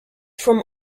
from